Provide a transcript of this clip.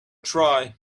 try